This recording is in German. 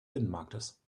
binnenmarktes